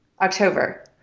October